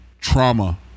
trauma